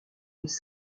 les